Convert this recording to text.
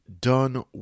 done